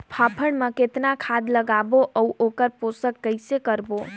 फाफण मा कतना खाद लगाबो अउ ओकर पोषण कइसे करबो?